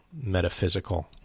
metaphysical